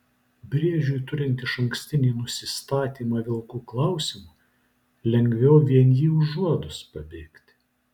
briedžiui turint išankstinį nusistatymą vilkų klausimu lengviau vien jį užuodus pabėgti